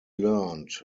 learned